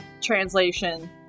Translation